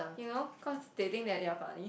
you know cause they think that they are funny